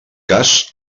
cas